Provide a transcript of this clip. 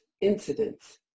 incidents